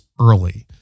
early